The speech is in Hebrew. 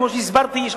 כמו שהסברתי,